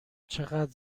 چقدر